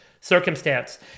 circumstance